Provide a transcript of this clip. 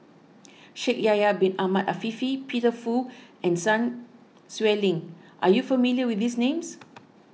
Shaikh Yahya Bin Ahmed Afifi Peter Fu and Sun Xueling are you not familiar with these names